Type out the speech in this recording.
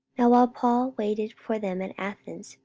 now while paul waited for them at athens,